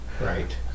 Right